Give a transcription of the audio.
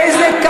ההוכחה זה את.